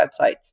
websites